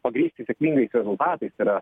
pagrįsti sėkmingais rezultatais ir